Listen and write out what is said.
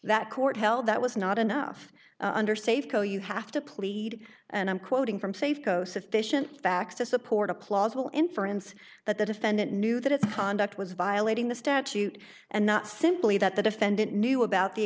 that court held that was not enough under safeco you have to plead and i'm quoting from safeco sufficient facts to support a plausible inference that the defendant knew that it conduct was violating the statute and not simply that the defendant knew about the